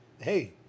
Hey